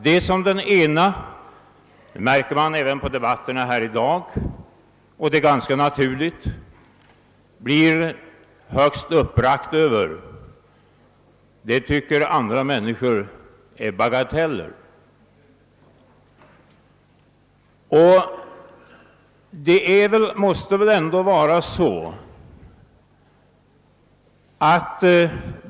Det som den ene — det märker man i debatten här i dag, och det är ganska naturligt — blir högst uppbragt över anses av den andre vara en bagatell.